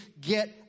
get